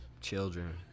children